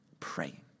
praying